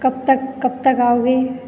कब तक कब तक आओगे